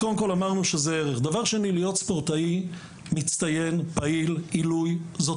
להיות ספורטאי פעיל-מצטיין-עילוי זו